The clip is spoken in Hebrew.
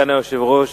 סגן היושב-ראש